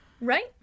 Right